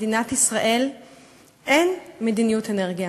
למדינת ישראל אין מדיניות אנרגיה,